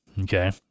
Okay